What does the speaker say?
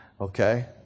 Okay